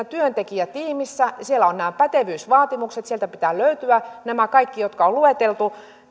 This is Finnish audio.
työntekijätiimissä on nämä pätevyysvaatimukset sieltä pitää löytyä nämä kaikki jotka on lueteltu